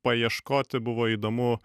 paieškoti buvo įdomu